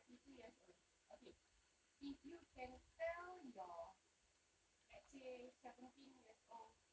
thirty two years old okay if you can tell your let's say seventeen years old